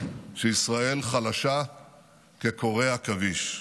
שישראל חלשה כקורי עכביש.